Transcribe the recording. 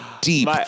deep